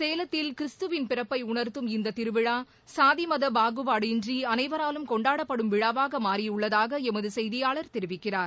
சேலத்தில் கிறிஸ்துவின் பிறப்பை உணர்த்தும் இந்த திருவிழா சாதிமத பாகுபாடின்றி அனைவராலும் கொண்டாடப்படும் விழாவாக மாறியுள்ளதாக எமது செய்தியாளர் தெரிவிக்கிறார்